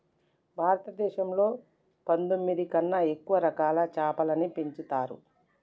భారతదేశంలో పందొమ్మిది కన్నా ఎక్కువ రకాల చాపలని పెంచుతరు